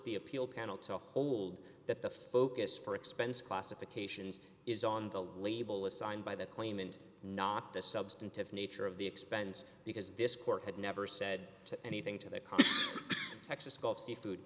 the appeal panel to hold that the focus for expense classifications is on the label assigned by the claimant not the substantive nature of the expense because this court had never said anything to the texas gulf seafood